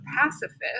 pacifist